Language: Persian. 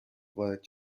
وارد